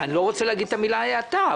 אני לא רוצה להגיד את המילה האטה,